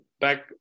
back